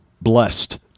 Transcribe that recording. blessed